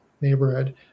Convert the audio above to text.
neighborhood